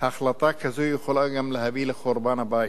החלטה כזאת יכולה גם להביא לחורבן הבית.